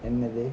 என்னது:ennadhu